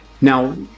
Now